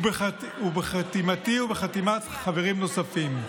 בחתימתי ובחתימת חברים נוספים.